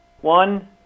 One